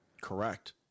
Correct